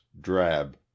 drab